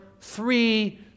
Three